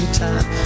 time